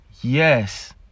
yes